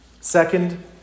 Second